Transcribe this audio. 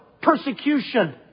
persecution